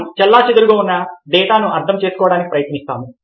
మనం చెల్లాచెదురుగా ఉన్న డేటాను అర్థం చేసుకోవడానికి ప్రయత్నిస్తాము